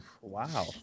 wow